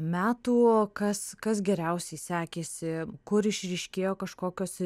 metų kas kas geriausiai sekėsi kur išryškėjo kažkokios